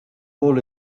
all